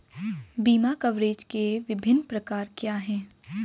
बीमा कवरेज के विभिन्न प्रकार क्या हैं?